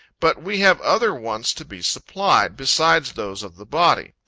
but we have other wants to be supplied, beside those of the body.